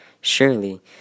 Surely